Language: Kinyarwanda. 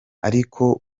ariko